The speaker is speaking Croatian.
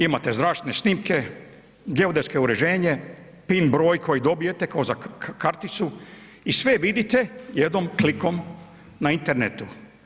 Imate zračne snimke, geodetske uređenje, PIN broj koji dobijete kao za karticu i sve vidite jednim klikom na internetu.